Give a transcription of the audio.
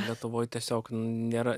lietuvoj tiesiog nėra